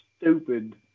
stupid